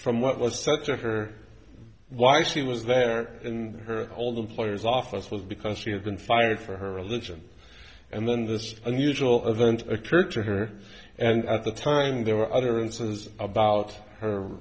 from what was said to her why she was there in her old employer's office was because she had been fired for her religion and then this unusual event occurred to her and at the time there were other incidents about her